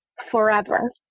forever